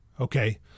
okay